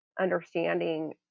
understanding